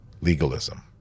Legalism